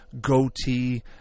goatee